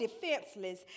defenseless